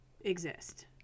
exist